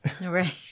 right